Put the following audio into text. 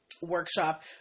workshop